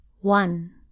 One